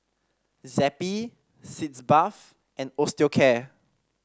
Zappy Sitz Bath and Osteocare